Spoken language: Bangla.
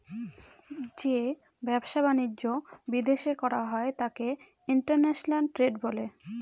যে ব্যবসা বাণিজ্য বিদেশ করা হয় তাকে ইন্টারন্যাশনাল ট্রেড বলে